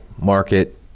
market